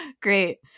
Great